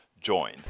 join